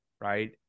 right